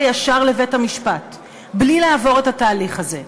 ישר לבית-המשפט בלי לעבור את התהליך הזה.